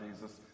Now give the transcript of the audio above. Jesus